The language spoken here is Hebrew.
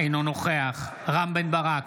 אינו נוכח רם בן ברק,